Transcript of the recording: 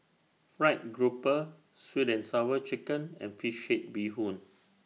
Fried Grouper Sweet and Sour Chicken and Fish Head Bee Hoon